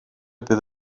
bydd